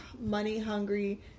money-hungry